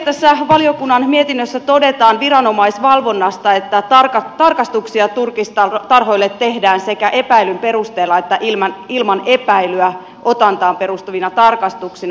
tässä valiokunnan mietinnössä todetaan viranomaisvalvonnasta että tarkastuksia turkistarhoille tehdään sekä epäilyn perusteella että ilman epäilyä otantaan perustuvina tarkastuksina